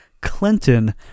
Clinton